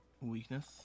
Weakness